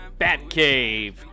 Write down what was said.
Batcave